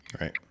Right